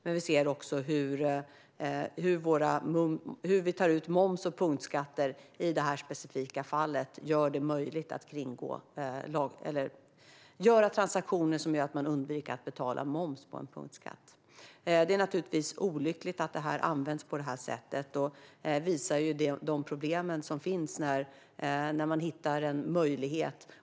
Men vi ser också att sättet som vi tar ut moms och punktskatter på i det här specifika fallet gör det möjligt för transaktioner som innebär att man undviker att betala moms på en punktskatt. Det är olyckligt att det används på det sättet. Och det visar vilka problem som finns när man hittar en möjlighet.